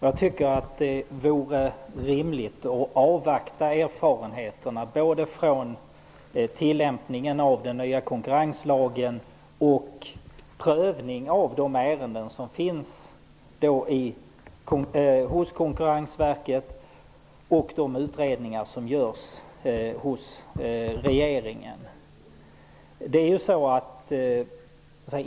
Jag tycker att det vore rimligt att avvakta erfarenheterna såväl från tillämpningen av den nya konkurrenslagen som prövning av de ärenden som finns hos Konkurrensverket och de utredningar som görs hos regeringen.